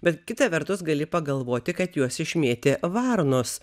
bet kita vertus gali pagalvoti kad juos išmėtė varnos